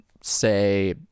say